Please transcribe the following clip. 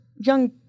young